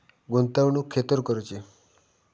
गुंतवणुक खेतुर करूची?